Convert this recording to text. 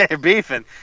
beefing